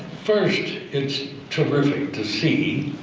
first it's terrific to see,